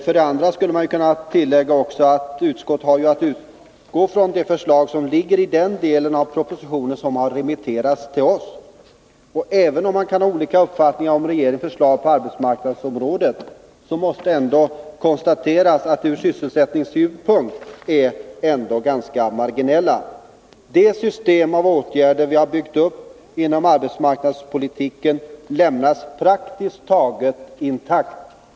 Jag vill tillägga att utskotten ju har att utgå från de förslag som ligger i den del av propositionen som remitterats till resp. utskott. Även om man kan ha olika uppfattningar om regeringens förslag på arbetsmarknadsområdet måste det konstateras att de ur sysselsättningssynpunkt är ganska marginella. Det system av åtgärder som vi har byggt upp inom arbetsmarknadspolitiken lämnas praktiskt taget intakt.